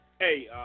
Hey